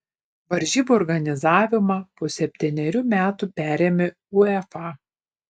varžybų organizavimą po septynerių metų perėmė uefa